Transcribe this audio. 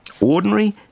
ordinary